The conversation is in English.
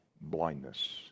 Blindness